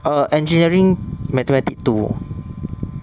err engineering mathematics two